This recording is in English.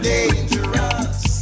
Dangerous